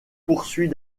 poursuit